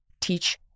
teach